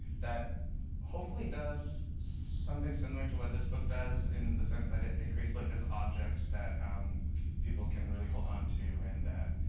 that hopefully does something similar to what this book does in the sense that it creates like this object that um people can really hold onto and that